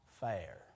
fair